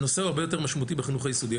הנושא הוא הרבה יותר משמעותי בחינוך היסודי,